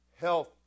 health